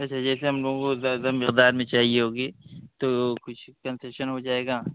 اچھا جیسے ہم لوگوں کو زیادہ مقدار میں چاہیے ہوگی تو کچھ کنسیشن ہو جائے گا